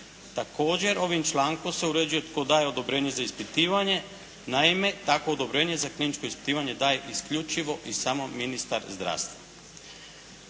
Također, ovim člankom se uređuje tko daje odobrenje za ispitivanje. Naime, takvo odobrenje za kliničko ispitivanje daje isključivo i samo ministar zdravstva.